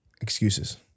excuses